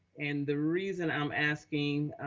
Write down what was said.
and the reason i'm asking